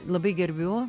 labai gerbiu